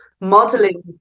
modeling